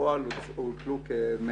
בפועל הוטלו כ-120